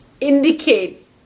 indicate